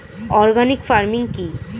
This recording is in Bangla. অর্গানিক ফার্মিং কি?